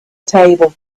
table